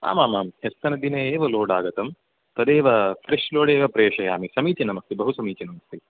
आमामाम् ह्यस्तनदिने एव लोड् आगतं तदेव फ्रेश् लोडेव प्रेषयामि समीचीनमस्ति बहु समीचीनमस्ति